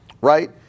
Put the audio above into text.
right